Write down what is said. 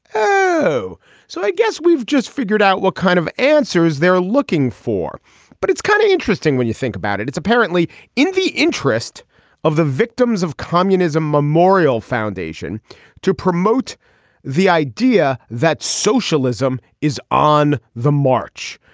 so i guess we've just figured out what kind of answers they're looking for but it's kind of interesting when you think about it it's apparently in the interest of the victims of communism memorial foundation to promote the idea that socialism is on the march.